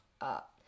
up